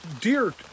deer